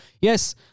yes